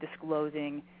disclosing